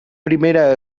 primera